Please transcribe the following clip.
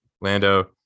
Lando